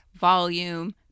volume